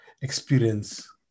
Experience